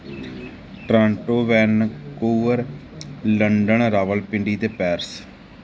Toronto Vancouver London Rawalpindi ਅਤੇ Paris